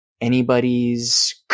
anybody's